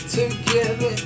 together